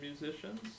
musicians